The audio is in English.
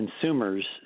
consumers